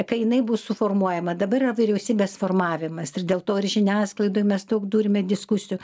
kai jinai bus suformuojama dabar yra vyriausybės formavimas ir dėl to ir žiniasklaidoj mes daug turime diskusijų